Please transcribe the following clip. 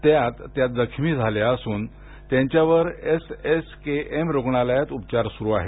त्यात त्या जखमी झाल्या असून त्यांच्यावर एस एस के एम रुग्णालयात उपचार सुरु आहेत